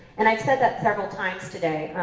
and i've said that several times today.